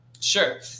Sure